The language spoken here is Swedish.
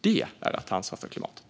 Detta är att ta ansvar för klimatet.